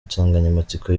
nsanganyamatsiko